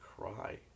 cry